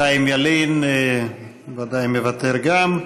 חיים ילין בוודאי מוותר גם הוא.